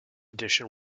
edition